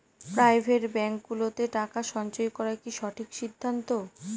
Private ব্যাঙ্কগুলোতে টাকা সঞ্চয় করা কি সঠিক সিদ্ধান্ত?